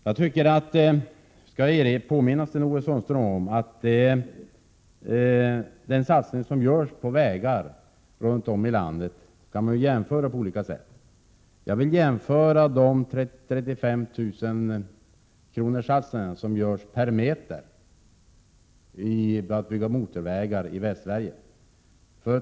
Jag skall påminna Sten-Ove Sundström om de satsningar som görs på vägar runt om i landet. Man kan naturligtvis göra jämförelser på olika sätt. Det satsas 35 000 kr. per meter på att bygga motorvägar i Västsverige.